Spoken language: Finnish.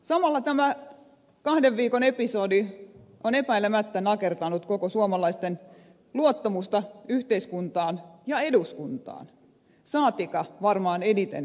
samalla tämä kahden viikon episodi on epäilemättä nakertanut suomalaisten luottamusta koko yhteiskuntaan ja eduskuntaan saatikka varmaan eniten myöskin hallitukseen